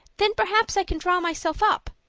then perhaps i can draw myself up.